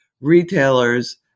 retailers